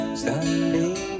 standing